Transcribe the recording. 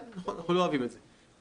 אנחנו לא אוהבים את זה.